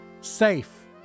Safe